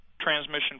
transmission